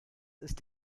ist